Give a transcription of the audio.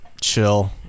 chill